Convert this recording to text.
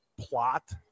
plot –